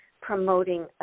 promoting